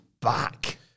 back